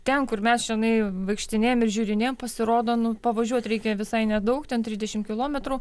ten kur mes čionai vaikštinėjom žiūrinėjoe pasirodo nu pavažiuot reikia visai nedaug ten trisdešimt kilometrų